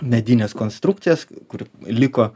medines konstrukcijas kur liko